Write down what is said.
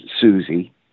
Susie